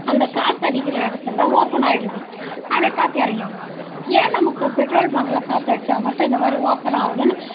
அந்த காற்று அடிக்கிற இடத்துல ஓப்பன் ஆகிடுது அப்படியே காற்று இறங்கிடுது ஏன் நமக்கு பெட்ரோல் பங்க்கில் காற்று அடித்தா மட்டும் இந்தமாதிரி ஓப்பன் ஆகுதுனு